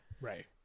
Right